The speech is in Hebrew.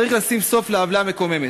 וצריך לשים סוף לעוולה המקוממת.